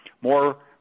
more